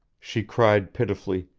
she cried pitifully